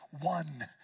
One